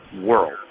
world